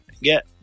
get